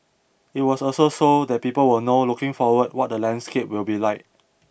it was also so that people will know looking forward what the landscape will be like